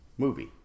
Movie